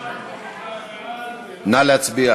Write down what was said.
נא להצביע.